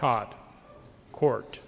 taught court